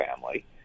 family